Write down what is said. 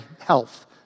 health